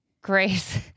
grace